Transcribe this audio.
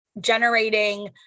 generating